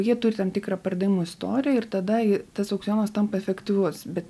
jie turi tam tikrą pardavimų istoriją ir tada tas aukcionas tampa efektyvus bet